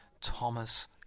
Thomas